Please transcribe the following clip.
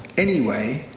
anyway,